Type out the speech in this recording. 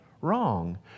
wrong